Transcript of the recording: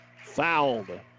Fouled